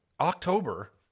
October